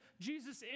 Jesus